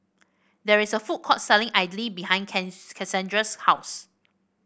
there is a food court selling idly behind Kassandra's house